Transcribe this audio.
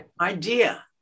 idea